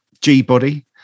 G-body